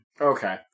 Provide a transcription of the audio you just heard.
Okay